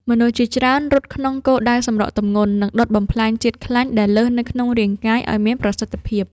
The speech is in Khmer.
មនុស្សជាច្រើនរត់ក្នុងគោលដៅសម្រកទម្ងន់ និងដុតបំផ្លាញជាតិខ្លាញ់ដែលលើសនៅក្នុងរាងកាយឱ្យមានប្រសិទ្ធភាព។